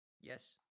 Yes